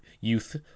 youth